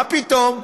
מה פתאום.